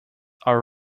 are